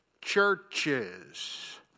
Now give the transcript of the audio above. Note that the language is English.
churches